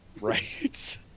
Right